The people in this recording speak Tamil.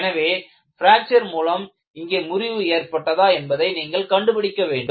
எனவே பிராக்சர் மூலம் இங்கே முறிவு ஏற்பட்டதா என்பதை நீங்கள் கண்டுபிடிக்க வேண்டும்